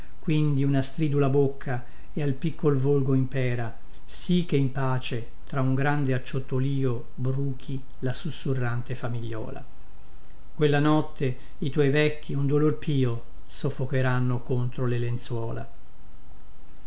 quindi una stridula bocca e al piccol volgo impera sì che in pace tra un grande acciottolìo bruchi la sussurrante famigliola quella notte i tuoi vecchi un dolor pio soffocheranno contro le lenzuola